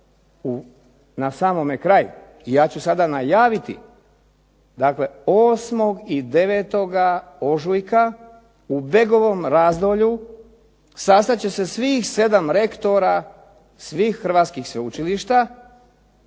na samome kraju. I ja ću sada najaviti. Dakle 8. i 9. ožujka u Begovom Razdolju sastat će se svih 7 rektora svih hrvatskih sveučilišta